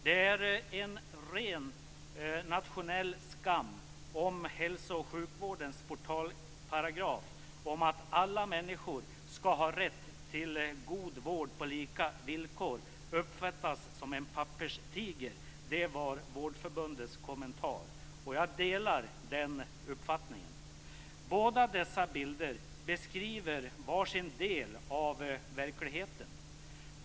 "Det är en nationell skam om hälsooch sjukvårdens portalparagraf, om att alla människor ska ha rätt till god vård på lika villkor, uppfattas som en papperstiger", var Vårdförbundets kommentar. Jag delar den uppfattningen. Båda dessa bilder beskriver var sin del av verkligheten.